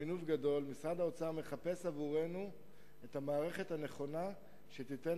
משרד האוצר מחפש עבורנו את המערכת הנכונה שתיתן